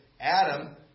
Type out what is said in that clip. Adam